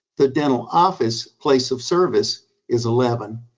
the dental office place of service is eleven.